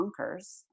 bonkers